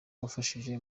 wafashije